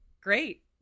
great